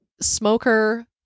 smoker